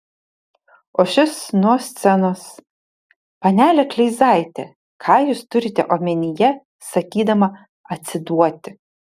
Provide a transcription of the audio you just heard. o šis nuo scenos panele kleizaite ką jūs turite omenyje sakydama atsiduoti